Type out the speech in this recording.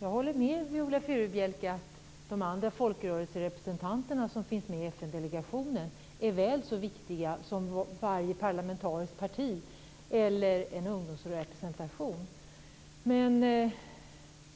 Jag håller med Viola Furubjelke om att de andra folkrörelserepresentanter som finns med i FN-delegationen är väl så viktiga som varje parlamentsparti eller en ungdomsrepresentation.